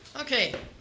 Okay